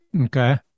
Okay